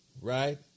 right